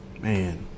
Man